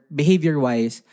behavior-wise